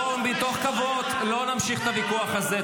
מתוך כבוד לא נמשיך את הוויכוח הזה.